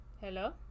Hello